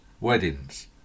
weddings